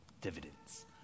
dividends